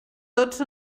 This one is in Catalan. tots